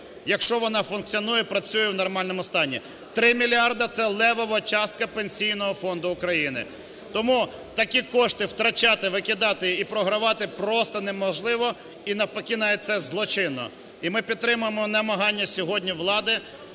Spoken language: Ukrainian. якщо вона функціонує, працює в нормальному стані. 3 мільярда це левова частка Пенсійного фонду України. Тому такі кошти втрачати, викидати і програвати просто неможливо і навпаки навіть це злочинно. І ми підтримуємо намагання сьогодні влади